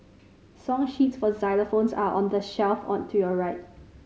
song sheets for xylophones are on the shelf on to your right